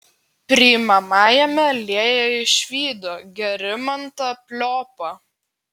priimamajame lėja išvydo gerimantą pliopą